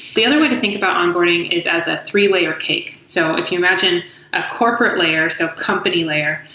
the other way to think about onboarding is as a three layer cake. so if you imagine a corporate layer, so a company layer.